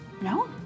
No